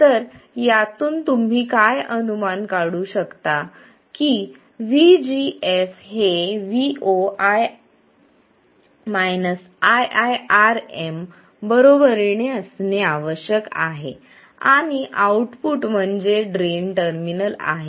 तर यातून तुम्ही अनुमान काढू शकता की vgs हे vo iiRm बरोबरीने असणे आवश्यक आहे आणि आउटपुट म्हणजे ड्रेन टर्मिनल आहे